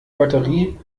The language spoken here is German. batterie